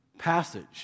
passage